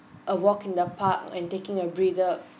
a walk in the park and taking a breather